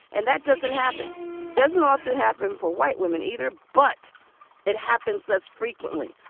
and that doesn't happen doesn't often happen for white women either, but it happens less frequently.